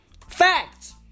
Facts